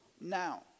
now